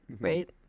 right